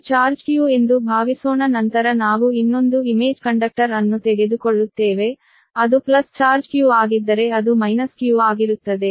ಇದು charge q ಎಂದು ಭಾವಿಸೋಣ ನಂತರ ನಾವು ಇನ್ನೊಂದು ಇಮೇಜ್ ಕಂಡಕ್ಟರ್ ಅನ್ನು ತೆಗೆದುಕೊಳ್ಳುತ್ತೇವೆ ಅದು ಪ್ಲಸ್ ಚಾರ್ಜ್ q ಆಗಿದ್ದರೆ ಅದು ಮೈನಸ್ q ಆಗಿರುತ್ತದೆ